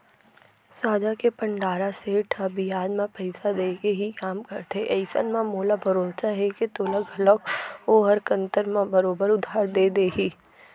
साजा के पंडरा सेठ ह बियाज म पइसा देके ही काम करथे अइसन म मोला भरोसा हे के तोला घलौक ओहर कन्तर म बरोबर उधार दे देही